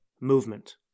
movement